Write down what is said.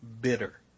bitter